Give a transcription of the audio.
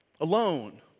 alone